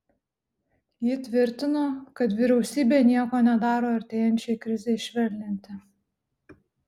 ji tvirtino kad vyriausybė nieko nedaro artėjančiai krizei švelninti